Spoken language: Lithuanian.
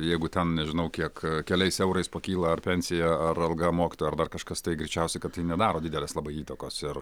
jeigu ten nežinau kiek keliais eurais pakyla ar pensija ar alga mokytojo ar dar kažkas tai greičiausiai kad tai nedaro didelės labai įtakos ir